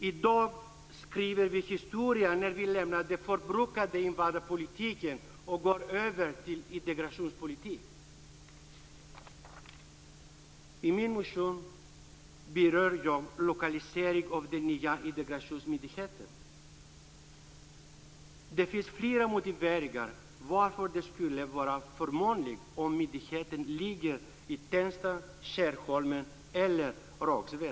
I dag skriver vi historia när vi lämnar den förbrukade invandrarpolitiken och går över till integrationspolitik. I min motion berör jag lokaliseringen av den nya integrationsmyndigheten. Det finns flera motiveringar till att det skulle vara förmånligt att ha myndigheten i Tensta, Skärholmen eller Rågsved.